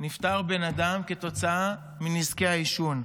נפטר בן אדם כתוצאה מנזקי העישון.